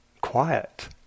quiet